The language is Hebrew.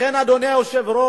לכן, אדוני היושב-ראש,